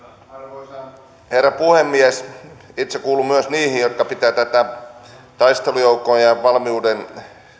arvoisa herra puhemies itse kuulun myös niihin jotka pitävät tätä taistelujoukkoa ja